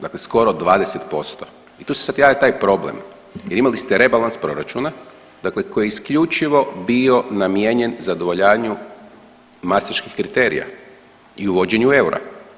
Dakle skoro 20% i tu se sad javlja taj problem jer imali ste rebalans proračuna koji je isključivo bio namijenjen zadovoljavaju mastriških kriterija i uvođenju eura.